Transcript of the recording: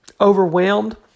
overwhelmed